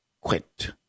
quit